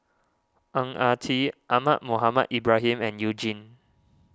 Ang Ah Tee Ahmad Mohamed Ibrahim and You Jin